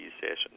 sessions